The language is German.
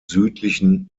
südlichen